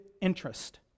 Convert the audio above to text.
interest